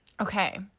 okay